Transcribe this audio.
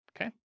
okay